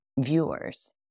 viewers